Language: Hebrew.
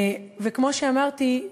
כמו שאמרתי,